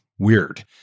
Weird